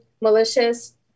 malicious